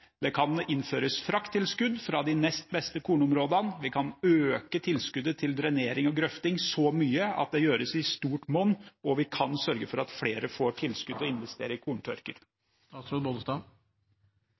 Det kan innføres frakttilskudd fra de nest beste kornområdene, vi kan øke tilskuddet til drenering og grøfting så mye at det gjøres i stort monn, og vi kan sørge for at flere får tilskudd til å investere i korntørker.